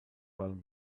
palm